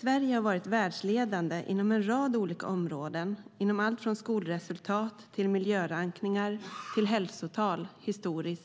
Sverige har varit världsledande inom en rad områden, alltifrån skolresultat och miljörankningar till hälsotal, under